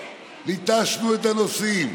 ליטשנו את הנושאים.